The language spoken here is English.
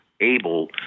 able